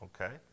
Okay